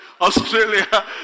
Australia